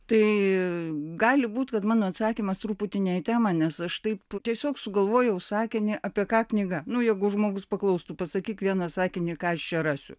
tai gali būt kad mano atsakymas truputį ne į temą nes aš taip tiesiog sugalvojau sakinį apie ką knyga nu jeigu žmogus paklaustų pasakyk vieną sakinį ką aš čia rasiu